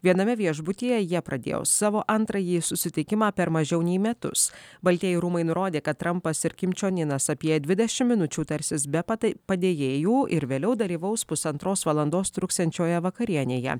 viename viešbutyje jie pradėjo savo antrąjį susitikimą per mažiau nei metus baltieji rūmai nurodė kad trampas ir kim čion inas apie dvidešimt minučių tarsis be patai padėjėjų ir vėliau dalyvaus pusantros valandos truksiančioje vakarienėje